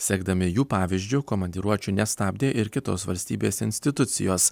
sekdami jų pavyzdžiu komandiruočių nestabdė ir kitos valstybės institucijos